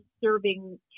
serving